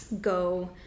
go